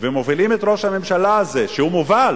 ומובילים את ראש הממשלה הזה, שהוא מובל.